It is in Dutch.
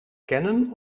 canon